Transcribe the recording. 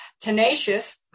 Tenacious